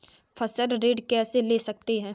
फसल ऋण कैसे ले सकते हैं?